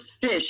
fish